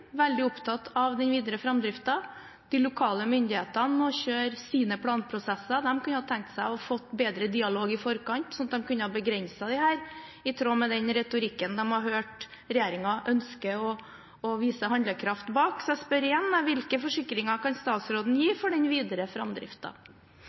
veldig opptatt av den videre framdriften. De lokale myndighetene må kjøre sine planprosesser, og de kunne tenkt seg å få bedre dialog i forkant, slik at de kunne begrense dette i tråd med den retorikken de har hørt regjeringen ønsker å vise handlekraft bak. Så jeg spør igjen: Hvilke forsikringer kan statsråden gi for den videre